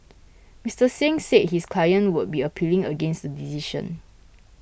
Mister Singh said his client would be appealing against the decision